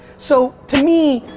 so to me,